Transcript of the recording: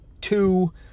two